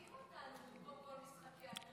אז אולי הוא יחכים אותנו במקום כל משחקי הטריוויה?